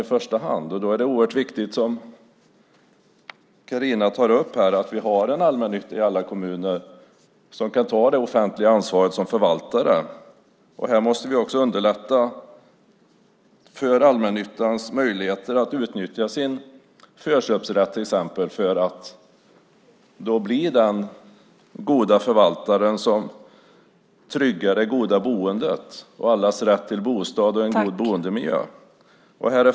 Därför är det viktigt, precis som Carina tog upp, att vi har en allmännytta i alla kommuner som kan ta det offentliga ansvaret som förvaltare. Här måste vi också underlätta för allmännyttans möjlighet att utnyttja sin förköpsrätt så att man kan bli en bra förvaltare som tryggar det goda boendet och allas rätt till bostad och god boendemiljö.